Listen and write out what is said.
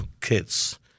kids